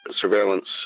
surveillance